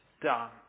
done